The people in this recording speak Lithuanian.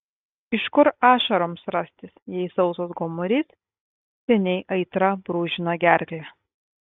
iš kur ašaroms rastis jei sausas gomurys seniai aitra brūžina gerklę